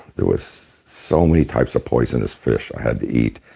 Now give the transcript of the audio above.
there was so many types of poisonous fish i had to eat,